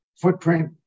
footprint